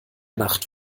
nacht